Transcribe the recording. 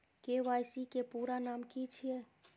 KYC के पूरा नाम की छिय?